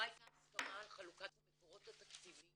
לא הייתה הסכמה על חלוקת המקורות התקציביים